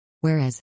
Whereas